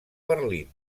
berlín